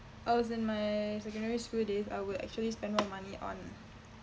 I was in my secondary school days I will actually spend more money on